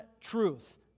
truth